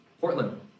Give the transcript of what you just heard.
Portland